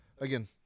Again